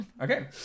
Okay